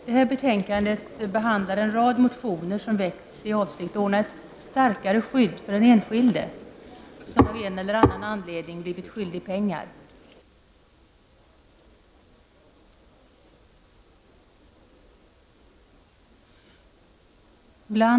Fru talman!